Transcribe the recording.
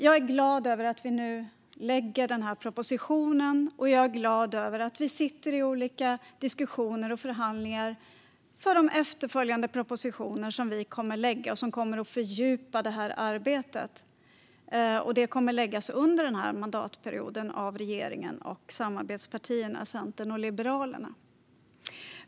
Jag är glad över att vi nu lägger fram denna proposition, och jag är glad över att vi sitter i olika diskussioner och förhandlingar inför de efterföljande propositioner som vi kommer att lägga fram och som kommer att fördjupa detta arbete. De kommer att läggas fram under denna mandatperiod av regeringen och samarbetspartierna: Centern och Liberalerna.